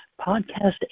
Podcast